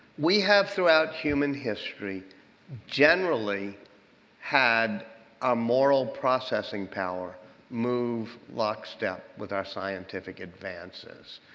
we have throughout human history generally had our moral processing power move lockstep with our scientific advances.